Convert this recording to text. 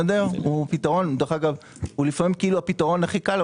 הוא לפעמים הפתרון הכי קל,